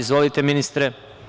Izvolite, ministre.